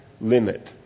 limit